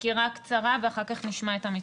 סקירה קצרה ואחר כך נשמע את המתווה.